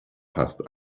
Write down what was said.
passt